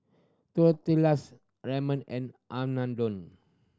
Tortillas Ramen and Unadon